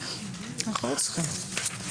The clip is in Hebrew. אנחנו לא צריכים.